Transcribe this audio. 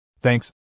Thanks